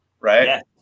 right